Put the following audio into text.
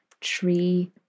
tree